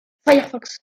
firefox